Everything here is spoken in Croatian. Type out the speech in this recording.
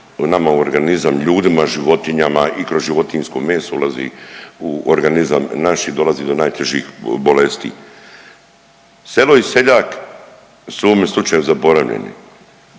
nama u organizam, ljudima, životinjama i kroz životinjsko meso ulazi u organizam, naš i dolazi do najtežih bolesti. Selo i seljak su u ovome slučaju zaboravljeni.